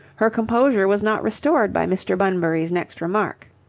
her composure was not restored by mr. bunbury's next remark.